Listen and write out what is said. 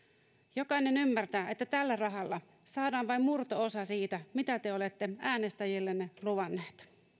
jokainen ymmärtää että tällä rahalla saadaan vain murto osa siitä mitä te olette äänestäjillenne luvanneet